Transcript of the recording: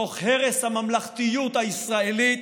תוך הרס הממלכתיות הישראלית,